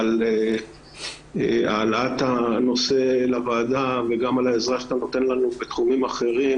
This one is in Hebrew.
על העלאת הנושא לוועדה וגם על העזרה שאתה נותן לנו בתחומים אחרים,